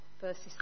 verses